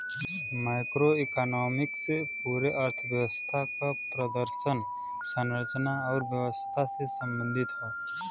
macroeconomics पूरे अर्थव्यवस्था क प्रदर्शन, संरचना आउर व्यवहार से संबंधित हौ